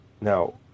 Now